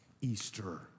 Easter